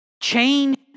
Change